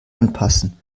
anpassen